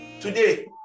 Today